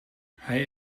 hij